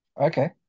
Okay